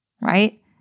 right